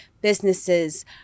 businesses